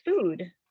food